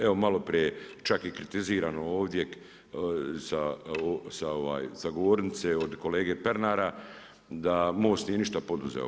Evo malo prije je čak i kritizirano ovdje sa govornice od kolege Pernara da MOST nije ništa poduzeo.